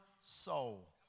soul